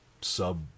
sub